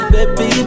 Baby